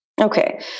Okay